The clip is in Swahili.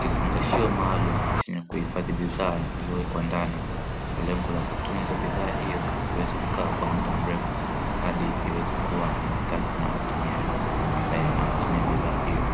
Kifungashio maalumu chenye kuhifadhi bidhaa iliyowekwa ndani kwa lengo la kutunza bidhaa hiyo iweze kukaa kwa muda mrefu hadi iweze kuwa na mahitaji na mtumiaji ambaye anatumia bidhaa hiyo,